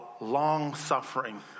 long-suffering